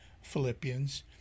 Philippians